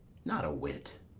not a whit,